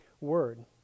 word